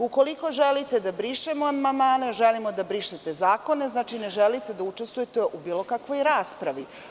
Ukoliko želite da brišemo amandmane, želimo da brišete zakone, znači ne želite da učestvujete u bilo kakvoj raspravi.